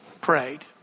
prayed